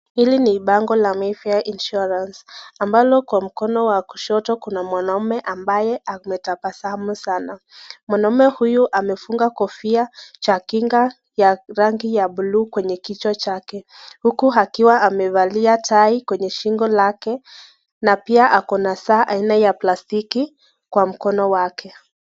Hii ni bango la Mayfair insurance ambalo kwa mkono wa kushoto kuna mwanume ambaye ametambasamu sana. Mwanaume huyu amefunga kofia cha kinga ya rangi ya bluu kwenye kichwa chake. Huku akiwa amevalia tai kwenye shingo lake na pia ako na saa aina ya plastiki kwa mkono wake.